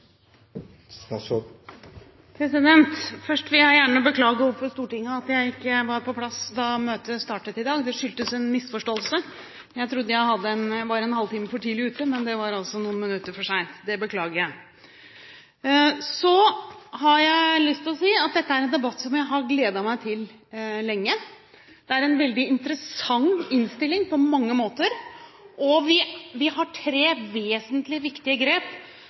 omme. Først vil jeg gjerne beklage overfor Stortinget at jeg ikke var på plass da møtet startet i dag. Det skyldtes en misforståelse. Jeg trodde jeg var en halv time for tidlig ute, men jeg var altså noen minutter for sent. Det beklager jeg. Jeg har lyst til å si at dette er en debatt jeg har gledet meg til lenge. Det er på mange måter en veldig interessant innstilling. Vi har på plass tre vesentlige grep,